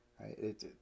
right